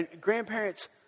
grandparents